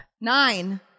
Nine